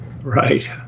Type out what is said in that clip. Right